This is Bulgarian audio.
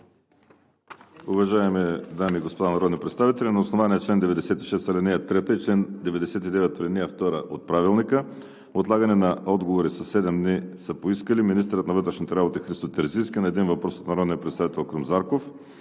Уважаеми дами и господа народни представители, на основание чл. 96, ал. 3 и чл. 99, ал. 2 от Правилника отлагане на отговори със седем дни са поискали: – министърът на вътрешните работи Христо Терзийски – на един въпрос от народния представител Крум Зарков;